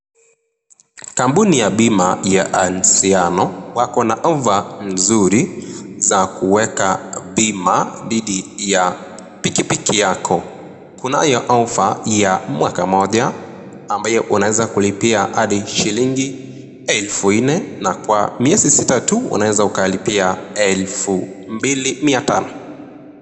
Kampuni ya bima ya Anziano wakona ofa nzuri za kuweka bima dhidi ya pikipiki yako. Kunayo ofa ya mwaka moja ambayo unaweza kulipia hadi shilingi elfu nne na kwa miezi sita tu, unaweza ukalipia elfu mbili mia tano.